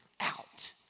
out